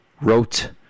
wrote